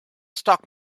stock